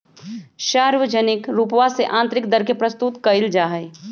सार्वजनिक रूपवा से आन्तरिक दर के प्रस्तुत कइल जाहई